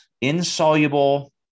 insoluble